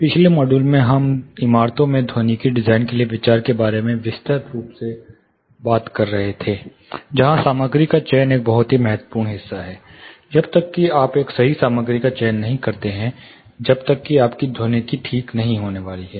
पिछले मॉड्यूल में हम इमारतों में ध्वनिकी डिजाइन के लिए विचार के बारे में विस्तृत रूप से बात कर रहे थे जहां सामग्री का चयन एक बहुत ही महत्वपूर्ण हिस्सा है जब तक कि आप एक सही सामग्री का चयन नहीं करते हैं जब तक कि आपका ध्वनिकी ठीक नहीं होने वाला है